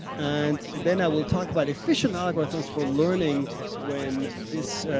and then, i will talk about efficient algorithms for learning when this,